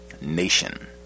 nation